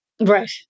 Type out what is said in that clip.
Right